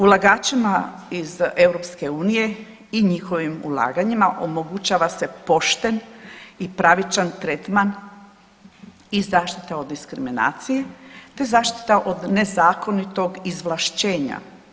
Ulagačima iz EU i njihovim ulaganjima omogućava se pošten i pravičan tretman i zaštita od diskriminacije, te zaštita od nezakonitog izvlašćenja.